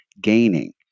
gaining